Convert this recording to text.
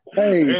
hey